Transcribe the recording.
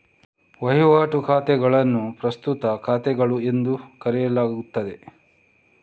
ವಹಿವಾಟು ಖಾತೆಗಳನ್ನು ಪ್ರಸ್ತುತ ಖಾತೆಗಳು ಎಂದು ಕರೆಯಲಾಗುತ್ತದೆ